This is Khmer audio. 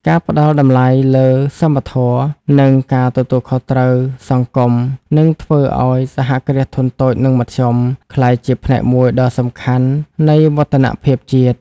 ការផ្ដល់តម្លៃលើសមធម៌ និងការទទួលខុសត្រូវសង្គម នឹងធ្វើឱ្យ សហគ្រាសធុនតូច និងមធ្យម ក្លាយជាផ្នែកមួយដ៏សំខាន់នៃវឌ្ឍនភាពជាតិ។